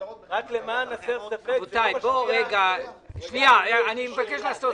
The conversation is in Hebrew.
רבותיי, אני מבקש לעשות סדר.